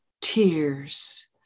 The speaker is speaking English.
tears